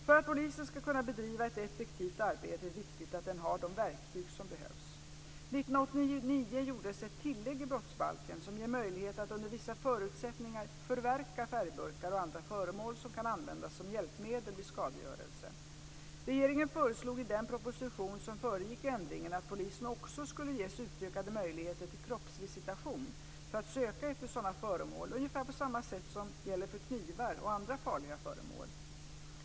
För att polisen ska kunna bedriva ett effektivt arbete är det viktigt att den har de verktyg som behövs. 1989 gjordes ett tillägg i brottsbalken som ger möjlighet att under vissa förutsättningar förverka färgburkar och andra föremål som kan användas som hjälpmedel vid skadegörelse. Regeringen föreslog i den proposition som föregick ändringen att polisen också skulle ges utökade möjligheter till kroppsvisitation för att söka efter sådana föremål, ungefär på samma sätt som gäller för knivar och andra farliga föremål.